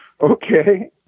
okay